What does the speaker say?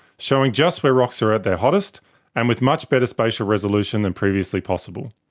showing just where rocks are at their hottest and with much better spatial resolution than previously possible.